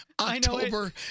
October